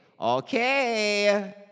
Okay